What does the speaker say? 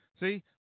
See